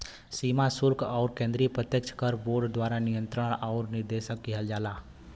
सीमा शुल्क आउर केंद्रीय प्रत्यक्ष कर बोर्ड द्वारा नियंत्रण आउर निर्देशन किहल जाला